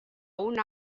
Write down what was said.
una